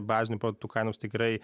bazinių produktų kainoms tikrai